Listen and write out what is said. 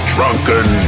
Drunken